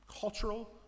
Cultural